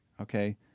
okay